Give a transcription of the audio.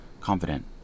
confident